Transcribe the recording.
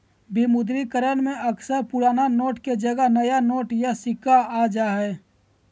विमुद्रीकरण में अक्सर पुराना नोट के जगह नया नोट या सिक्के आ जा हइ